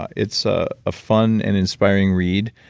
ah it's ah a fun and inspiring read.